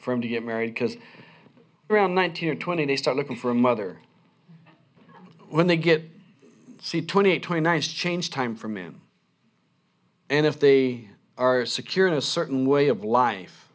for him to get married because around nineteen or twenty they start looking for a mother when they get see twenty twenty nice change time from him and if they are secure in a certain way of life